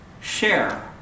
share